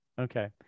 Okay